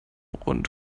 rund